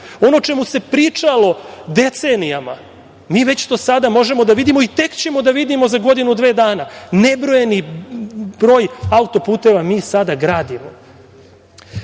o čemu se pričalo decenijama, mi već sada to možemo da vidimo i tek ćemo da vidimo za godinu, dve dana. Nebrojeni broj auto-puteva mi sada gradimo. Istina